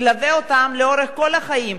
שילווה אותם לאורך כל החיים,